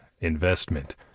investment